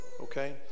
Okay